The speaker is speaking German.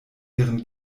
ihren